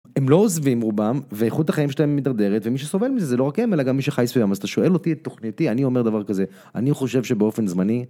הם לא עוזבים רובם ואיכות החיים שלהם מתדרדרת ומי שסובל מזה זה לא רק הם אלא גם מי שחי סביבם אז אתה שואל אותי את תוכניתי אני אומר דבר כזה אני חושב שבאופן זמני.